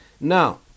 Now